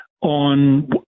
on